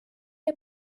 der